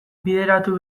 bideratu